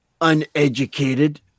uneducated